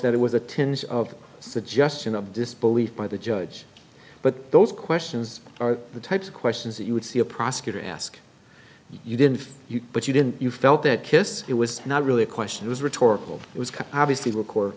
that it was a tinge of suggestion of disbelief by the judge but those questions are the types of questions that you would see a prosecutor ask you didn't you but you didn't you felt that kiss it was not really a question was rhetorical it was obviously